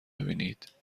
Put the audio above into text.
ببینید